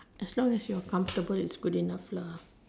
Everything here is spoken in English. as long as you are comfortable it's good enough lah